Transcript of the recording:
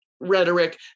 rhetoric